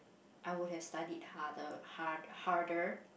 I would have studied harder harder~ harder